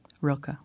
Rilke